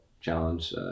challenge